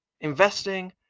Investing